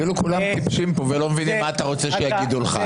כאילו כולם כאן טיפשים ולא מבינים מה אתה רוצה שיגידו לך.